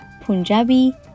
Punjabi